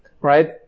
right